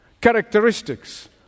characteristics